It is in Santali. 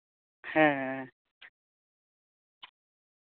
ᱦᱮᱸ ᱦᱮᱸ ᱦᱮᱸ